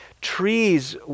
Trees